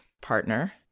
partner